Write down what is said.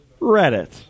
reddit